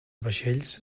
vaixells